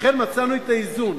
לכן מצאנו את האיזון,